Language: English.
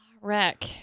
wreck